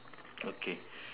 okay